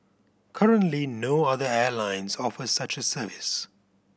currently no other airlines offer such a service